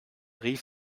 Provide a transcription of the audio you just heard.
rief